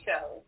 shows